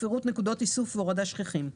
ופירוט נקודות איסוף והורדה שכיחים.